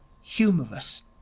humorous